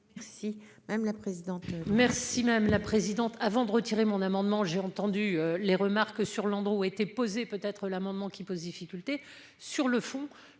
Merci madame la présidente.